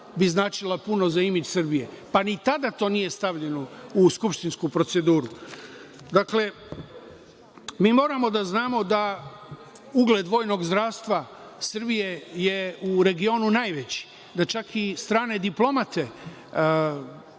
bi značila puno za imidž Srbije, pa ni tada to nije stavljeno u skupštinsku proceduru. Mi moramo da znamo da ugled vojnog zdravstva Srbije je u regionu najveći, da čak i strane diplomate